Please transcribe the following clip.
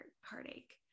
heartache